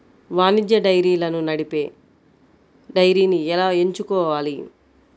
వాణిజ్య డైరీలను నడిపే డైరీని ఎలా ఎంచుకోవాలి?